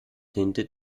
tinte